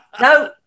no